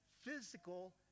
physical